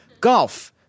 Golf